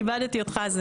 כיבדתי אותך.